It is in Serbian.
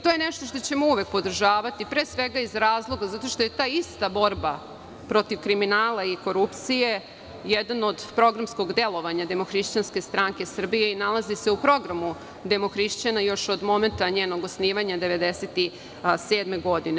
To je nešto što ćemo uvek podržavati, pre svega, iz razloga zato što je ta ista borba protiv kriminala i korupcije jedan od programskog delovanja Demohrišćanske stranke Srbije i nalazi se u programu Demohrišćana još od momenta njenog osnivanja 1997. godine.